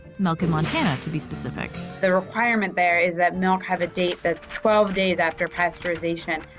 milk in montana, to be specific. the requirement there is that milk have a date that's twelve days after pasteurization,